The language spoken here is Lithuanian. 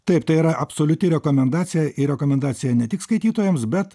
taip tai yra absoliuti rekomendacija ir rekomendacija ne tik skaitytojams bet